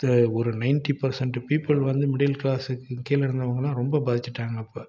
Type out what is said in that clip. இது ஒரு ninety percent people வந்து மிடில் கிளாஸ்க்கு கீழே இருந்தவங்கலாம் ரொம்ப பாதிச்சுட்டாங்க அப்போ